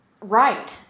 right